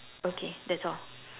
okay that's all